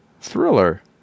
thriller